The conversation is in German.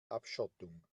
abschottung